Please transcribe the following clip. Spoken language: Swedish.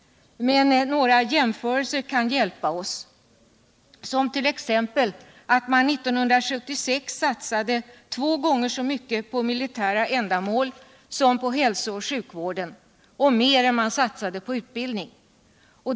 Men några jämförelser kan hjälpa oss. 1976 satsades två gånger så mycket på militära ändamål som på hälso och sjukvården, och mer än man satsade på utbildning.